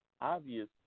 obvious